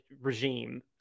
regime